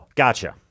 gotcha